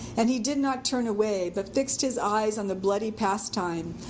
and he did not turn away, but fixed his eyes on the bloody pastime,